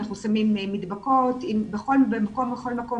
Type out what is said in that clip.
אנחנו שמים מדבקות בכל מקום,